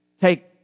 take